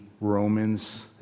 Romans